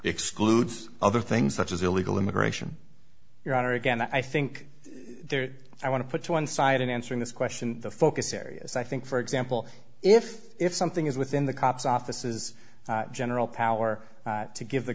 excludes other things such as illegal immigration your honor again i think there i want to put to one side in answering this question the focus areas i think for example if if something is within the cops offices general power to give the